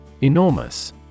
Enormous